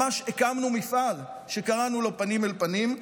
ממש הקמנו מפעל שקראנו לו "פנים אל פנים",